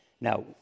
Now